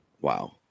Wow